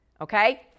okay